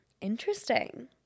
Interesting